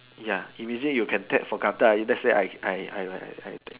ya if we say you can take for granted ah if let's say I I I like I